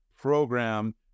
program